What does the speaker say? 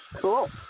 cool